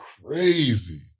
crazy